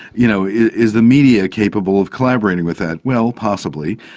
you know is the media capable of collaborating with that? well, possibly.